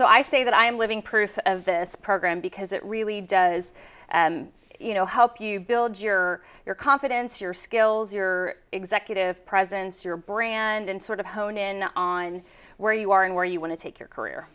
so i say that i am living proof of this program because it really does you know help you build your your confidence your skills your executive presence your brand and sort of hone in on where you are and where you want to take your career